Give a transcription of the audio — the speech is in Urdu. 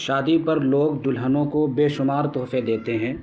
شادی پر لوگ دلہنوں کو بے شمار تحفے دیتے ہیں